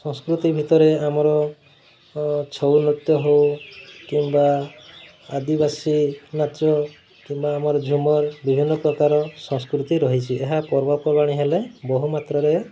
ସଂସ୍କୃତି ଭିତରେ ଆମର ଛଉ ନୃତ୍ୟ ହଉ କିମ୍ବା ଆଦିବାସୀ ନାଚ କିମ୍ବା ଆମର ଝୁମର୍ ବିଭିନ୍ନ ପ୍ରକାର ସଂସ୍କୃତି ରହିଛି ଏହା ପର୍ବପର୍ବାଣି ହେଲେ ବହୁ ମାତ୍ରାରେ